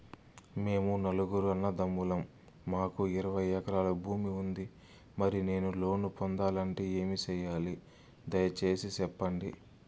మేము నలుగురు అన్నదమ్ములం మాకు ఇరవై ఎకరాల భూమి ఉంది, మరి నేను లోను పొందాలంటే ఏమి సెయ్యాలి? దయసేసి సెప్పండి?